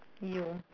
you